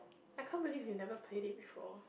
I can't believe you never played it before